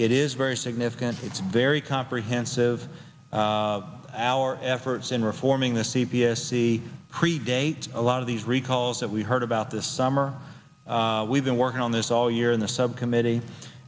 it is very significant it's very comprehensive our efforts in reforming the c p s see predate a lot of these recalls that we heard about this summer we've been working on this all year in the subcommittee